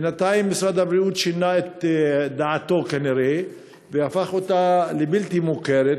בינתיים משרד הבריאות שינה את דעתו כנראה והפך אותה לבלתי מוכרת,